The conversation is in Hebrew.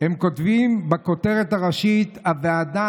הם כותבים בכותרת הראשית: הוועדה